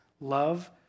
love